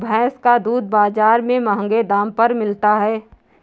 भैंस का दूध बाजार में महँगे दाम पर मिलता है